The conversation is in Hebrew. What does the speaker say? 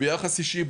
ביחס אישי,